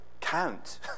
count